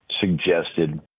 suggested